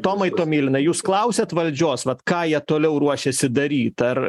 tomai tomilinai jūs klausėt valdžios vat ką jie toliau ruošėsi daryt ar